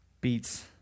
beats